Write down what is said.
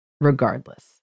regardless